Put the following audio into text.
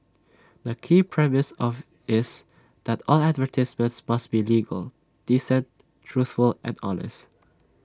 the key premise of is that all advertisements must be legal decent truthful and honest